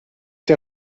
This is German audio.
der